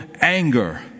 anger